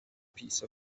piece